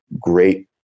great